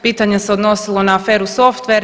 Pitanje se odnosilo na aferu softver.